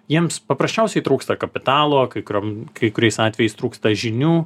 jiems paprasčiausiai trūksta kapitalo kai kuriom kai kuriais atvejais trūksta žinių